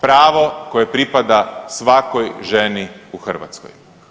Pravo koje pripada svakoj ženi u Hrvatskoj.